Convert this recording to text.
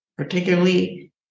particularly